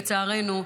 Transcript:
לצערנו,